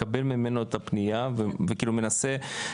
מקבל ממנו את הפנייה וכאילו מנסה